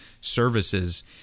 services